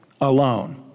alone